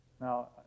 now